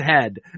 head